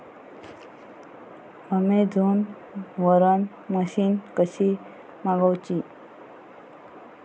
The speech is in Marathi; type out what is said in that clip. अमेझोन वरन मशीन कशी मागवची?